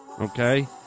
okay